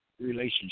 Relationship